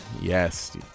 Yes